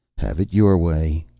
have it your way.